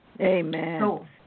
Amen